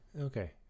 Okay